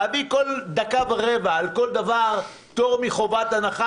להביא כל דקה ורבע על כל דבר פטור מחובת הנחה,